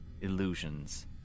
illusions